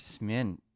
man